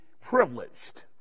privileged